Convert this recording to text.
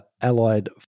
Allied